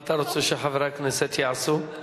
מה אתה רוצה שחברי הכנסת יעשו,